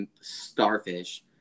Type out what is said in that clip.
starfish